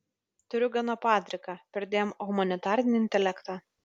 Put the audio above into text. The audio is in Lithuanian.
turiu gana padriką perdėm humanitarinį intelektą